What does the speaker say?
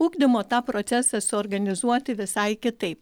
ugdymo tą procesą suorganizuoti visai kitaip